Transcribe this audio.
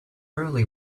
early